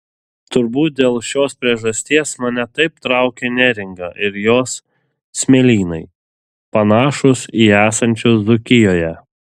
turbūt dėl šios priežasties mane taip traukia neringa ir jos smėlynai panašūs į esančius dzūkijoje